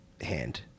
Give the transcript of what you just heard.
hand